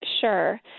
Sure